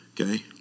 okay